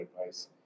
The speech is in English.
advice